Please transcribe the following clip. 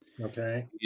Okay